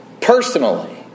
personally